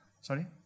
Sorry